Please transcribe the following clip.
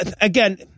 again